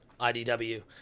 IDW